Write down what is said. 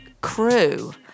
crew